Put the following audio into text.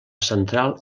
central